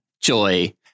Joy